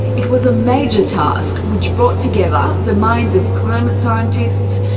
it was a major task which brought together the minds of climate scientists,